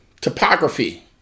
topography